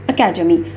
Academy